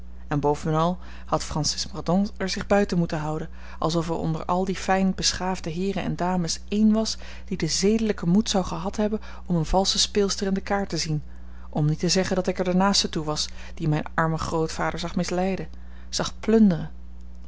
en bovenal had francis mordaunt er zich buiten moeten houden alsof er onder al die fijn beschaafde heeren en dames één was die den zedelijken moed zou gehad hebben om eene valsche speelster in de kaart te zien om niet te zeggen dat ik er de naaste toe was die mijn armen grootvader zag misleiden zag plunderen